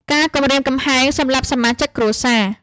ការគំរាមកំហែងសម្លាប់សមាជិកគ្រួសារ។